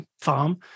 farm